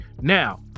Now